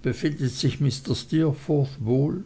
befindet sich mr steerforth wohl